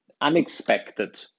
unexpected